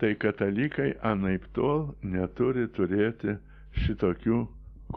tai katalikai anaiptol neturi turėti šitokių